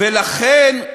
ולכן,